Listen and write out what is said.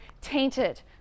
tainted